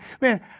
man